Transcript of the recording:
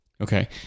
Okay